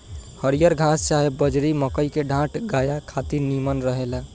हरिहर घास चाहे बजड़ी, मकई के डांठ गाया खातिर निमन रहेला